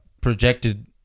projected